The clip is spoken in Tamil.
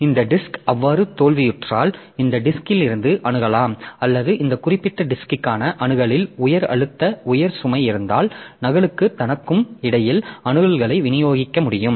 எனவே இந்த டிஸ்க் அவ்வாறு தோல்வியுற்றால் இந்த டிஸ்க்ல் இருந்து அணுகலாம் அல்லது இந்த குறிப்பிட்ட டிஸ்க்கான அணுகலில் உயர் அழுத்த உயர் சுமை இருந்தால் நகலுக்கும் தனக்கும் இடையில் அணுகல்களை விநியோகிக்க முடியும்